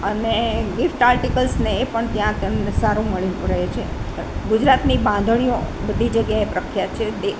અને ગિફ્ટ આર્ટિકલ્સને એ પણ ત્યાં તેમણે સારું મળ્યું રહે છે ગુજરાતની બાંધણીઓ બધી જગ્યાએ પ્રખ્યાત છે